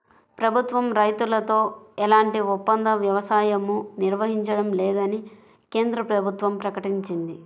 ప్రభుత్వం రైతులతో ఎలాంటి ఒప్పంద వ్యవసాయమూ నిర్వహించడం లేదని కేంద్ర ప్రభుత్వం ప్రకటించింది